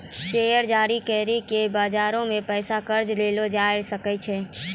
share जारी करि के बजारो से पैसा कर्जा करलो जाय सकै छै